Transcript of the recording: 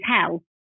hell